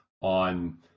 on